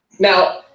Now